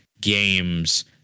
games